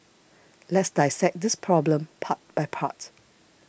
let's dissect this problem part by part